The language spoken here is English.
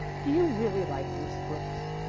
do you really like miss brooks?